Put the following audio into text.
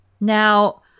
Now